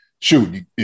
Shoot